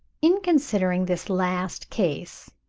in considering this last case,